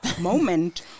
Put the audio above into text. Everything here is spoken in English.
moment